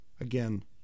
again